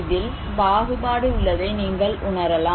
இதில் பாகுபாடு உள்ளதை நீங்கள் உணரலாம்